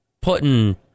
putting